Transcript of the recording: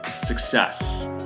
success